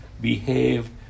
behaved